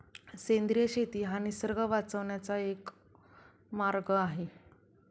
सेंद्रिय शेती हा निसर्ग वाचवण्याचा एक मार्ग आहे